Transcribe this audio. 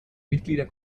mitglieder